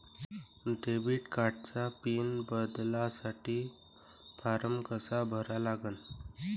Debit कार्डचा PIN बदलासाठी form कसा भरा लागन?